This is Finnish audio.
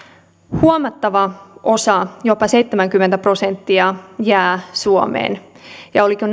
huomattava osa jopa seitsemänkymmentä prosenttia jää suomeen ja oliko